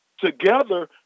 Together